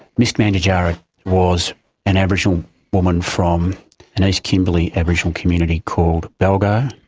ms mandijarra was an aboriginal woman from an east kimberley aboriginal community called balgo.